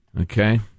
Okay